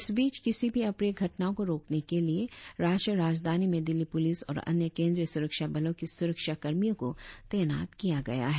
इस बीच किसी भी अप्रिय घटनाओं को रोकने के लिए राष्ट्रीय राजधानी में दिल्ली पुलिस और अन्य केंद्रीय सुरक्षा बलों के सुरक्षा कर्मियों को तैनात किया गया है